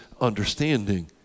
understanding